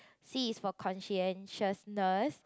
C is for conscientiousness